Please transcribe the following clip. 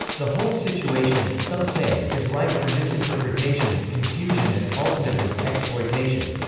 the whole situation, some say, is ripe for misinterpretation, confusion and, ultimately, exploitation.